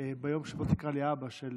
"ביום בו תקרא לי אבא", של